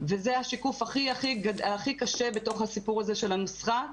וזה השיקוף הכי קשה בתוך הסיפור הזה של הנוסחה.